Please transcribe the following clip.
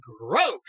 gross